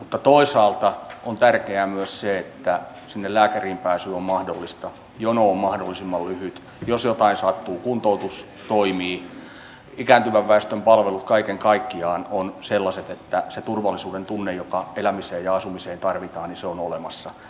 mutta toisaalta on tärkeää myös se että lääkäriin pääsy on mahdollista jono on mahdollisimman lyhyt jos jotain sattuu kuntoutus toimii ja ikääntyvän väestön palvelut kaiken kaikkiaan ovat sellaiset että se turvallisuudentunne joka elämiseen ja asumiseen tarvitaan on olemassa